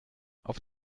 auf